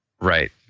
Right